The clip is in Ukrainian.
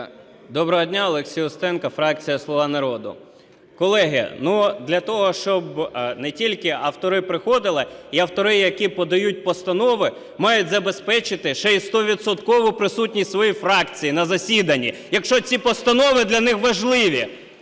Доброго дня. Олексій Устенко, фракція "Слуга народу". Колеги, для того, щоб не тільки автори приходили і автори, які подають постанови, мають забезпечити ще і стовідсоткову присутність своєї фракції на засіданні, якщо ці постанови для них важливі.